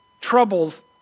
troubles